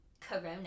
corona